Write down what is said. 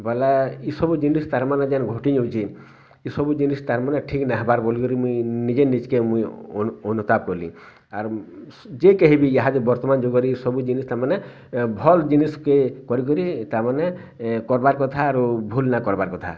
ବୋଲେ ଇ ସବୁ ଜିନିଷ୍ ତାର୍ ମାନେ ଯେନ୍ ଘଟିଯାଉଛେ ଇ ସବୁ ଜିନିଷ ତାର୍ ମାନେ ଠିକ୍ ନାଇଁ ହେବାର୍ ବୋଲିକରି ମୁଇଁ ନିଜେ ନିଜକେ ମୁଇଁ ଅନୁତାପ୍ କଲି ଆର୍ ଯେ କେହି ବି ଇହାଦେ ବର୍ତ୍ତମାନ ଯୁଗରେ ଇ ସବୁ ଜିନିଷ ତାମାନେ ଭଲ୍ ଜିନିଷକେ କରି କରି ତାମାନେ କର୍ବାର୍ କଥା ଆରୁ ଭୁଲ୍ ନେଇଁ କର୍ବାର୍ କଥା